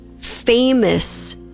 famous